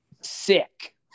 Sick